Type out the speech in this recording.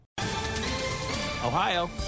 Ohio